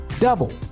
double